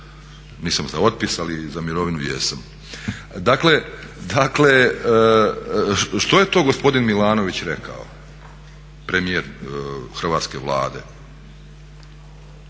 Nisam za otpis ali za mirovinu jesam. Dakle što je to gospodin Milanović rekao, premijer hrvatske Vlade?